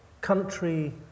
country